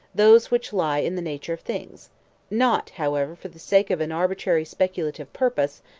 those which lie in the nature of things not, however, for the sake of an arbitrary speculative purpose,